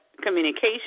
communication